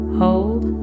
hold